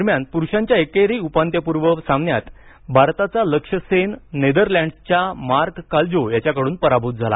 दरम्यान पुरुषांच्या एकेरी उपांत्यपूर्व फेरीत भारताचा लक्ष्य सेन नेदरलँड्सचा मार्क काल्जो याच्याकडून पराभूत झाला